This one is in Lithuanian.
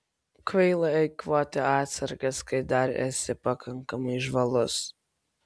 kvaila eikvoti atsargas kai dar esi pakankamai žvalus